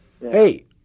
hey